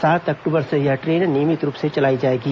सात अक्टूबर से यह ट्रेन नियमित रूप से चलाई जाएगी